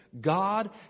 God